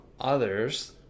others